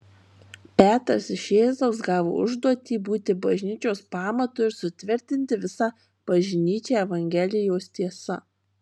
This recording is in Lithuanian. petras iš jėzaus gavo užduotį būti bažnyčios pamatu ir sutvirtinti visą bažnyčią evangelijos tiesa